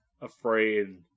afraid